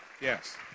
Yes